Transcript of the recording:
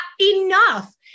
enough